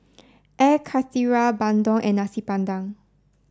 Air Karthira Bandung and Nasi Padang